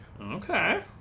Okay